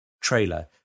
trailer